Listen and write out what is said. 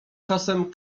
czasem